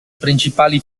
principali